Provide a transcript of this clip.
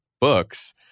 books